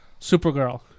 Supergirl